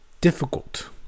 difficult